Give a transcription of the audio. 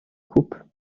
coupes